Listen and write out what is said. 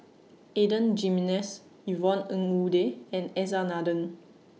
Adan Jimenez Yvonne Ng Uhde and S R Nathan